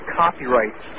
copyrights